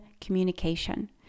communication